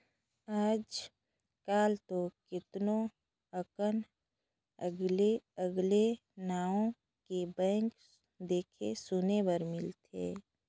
आयज कायल तो केतनो अकन अगले अगले नांव के बैंक देखे सुने बर मिलथे